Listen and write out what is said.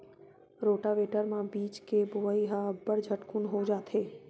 rotavator म बीजा के बोवई ह अब्बड़ झटकुन हो जाथे